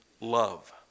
love